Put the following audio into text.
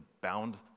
bound